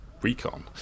Recon